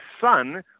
son